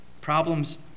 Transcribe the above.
Problems